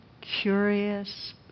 curious